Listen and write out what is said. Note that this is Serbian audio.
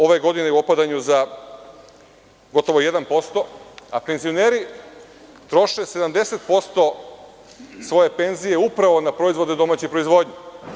Ove godine je u opadanju za gotovo 1%, a penzioneri troše 70% svoje penzije upravo na proizvode domaće proizvodnje.